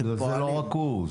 זה לא רק הוא.